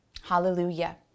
Hallelujah